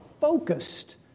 focused